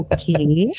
Okay